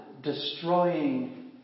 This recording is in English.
destroying